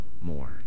more